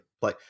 play